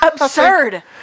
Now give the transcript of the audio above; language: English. Absurd